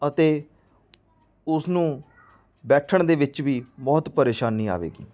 ਅਤੇ ਉਸਨੂੰ ਬੈਠਣ ਦੇ ਵਿੱਚ ਵੀ ਬਹੁਤ ਪਰੇਸ਼ਾਨੀ ਆਵੇਗੀ